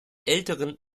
älteren